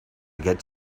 get